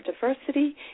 diversity